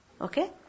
Okay